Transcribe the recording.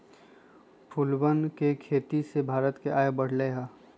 फूलवन के खेती से भारत के आय बढ़ रहले है